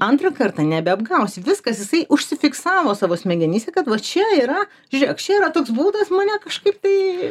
antrą kartą nebeapgausi viskas jisai užsifiksavo savo smegenyse kad va čia yra žiūrėk čia yra toks būdas mane kažkaip tai